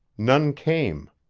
none came.